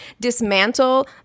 dismantle